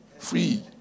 Free